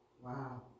Wow